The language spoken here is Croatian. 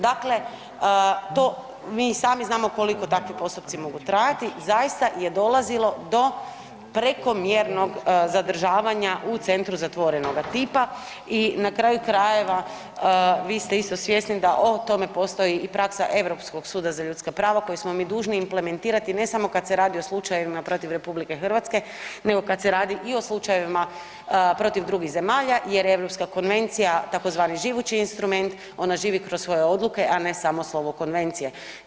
Dakle, to mi i sami znamo koliko takvi postupci mogu trajati, zaista je dolazilo do prekomjernog zadržavanja u centru zatvorenoga tipa i na kraju krajeva vi ste isto svjesni da o tome postoji i praksa Europskog suda za ljudska prava koji smo mi dužni implementirati ne samo kad se radi o slučajevima protiv RH nego kad se radi i o slučajevima protiv drugih zemalja jer Europska konvencija tzv. živući instrument ona živi kroz svoje odluke, a ne samo slovo konvencije.